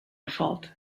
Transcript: thought